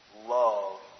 love